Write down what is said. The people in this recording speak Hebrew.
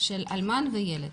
אלמן וילד.